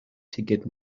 ticket